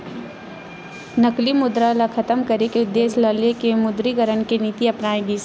नकली मुद्रा ल खतम करे के उद्देश्य ल लेके विमुद्रीकरन के नीति अपनाए गिस